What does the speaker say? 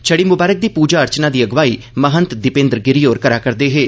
छड़ी मुबारक दी पुजा अर्चना दी अगुवाई महन्त दिपेन्द्र गिरी होर करै करदे हे